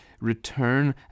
return